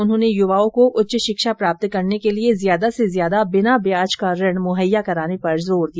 उन्होंने युवाओं को उच्च शिक्षा प्राप्त करने के लिए ज्यादा से ज्यादा बिना ब्याज का ऋण मुहैया कराने पर जोर दिया